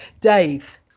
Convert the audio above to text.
Dave